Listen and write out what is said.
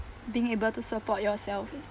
being able to support yourself